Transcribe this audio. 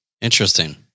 Interesting